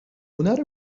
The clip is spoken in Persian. هنر